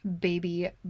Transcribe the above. Baby